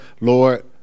Lord